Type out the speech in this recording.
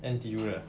N_T_U 的